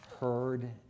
heard